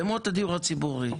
למות הדיור הציבורי.